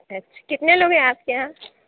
اچھا کتنے لوگ ہیں آپ کے یہاں